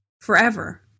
Forever